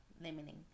Limiting